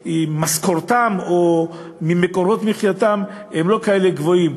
ממשכורתם או ממקורות מחייתם הם לא כאלה גבוהים.